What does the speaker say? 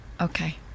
Okay